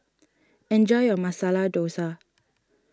enjoy your Masala Dosa